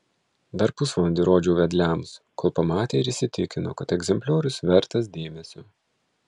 dar pusvalandį rodžiau vedliams kol pamatė ir įsitikino kad egzempliorius vertas dėmesio